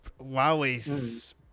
Huawei's